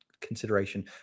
consideration